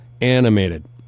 animated